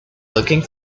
looking